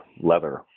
leather